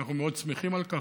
ואנחנו מאוד שמחים על כך.